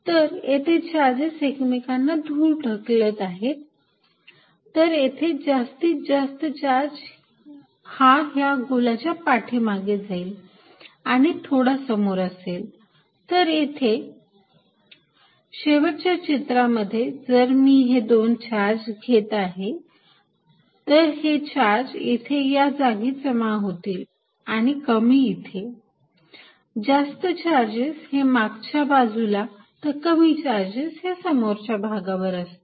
तर येथे चार्जेस एकमेकांना दूर ढकलत आहेत तर येथे जास्तीत जास्त चार्ज हा ह्या गोलाच्या पाठीमागे जाईल आणि थोडा समोर असेल तर येथे शेवटच्या चित्रांमध्ये जर मी हे दोन चार्ज घेत आहे तर हे चार्ज इथे या जागी जमा होतील आणि कमी येथे जास्त चार्जेस हे मागच्या बाजूला तर कमी चार्जेस समोरच्या भागावर असतील